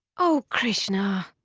o krishna?